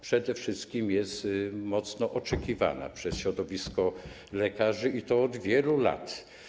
Przede wszystkim jest mocno oczekiwana przez środowisko lekarzy, i to od wielu lat.